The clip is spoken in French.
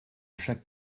chaque